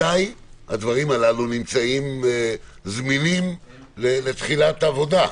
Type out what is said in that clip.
מתי הדברים הללו נמצאים זמינים לתחילת עבודה?